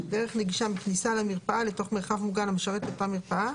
דרך נגישה מכניסה למרפאה לתוך מרחב מוגן המשרת את אותה מרפאה.